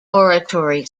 oratory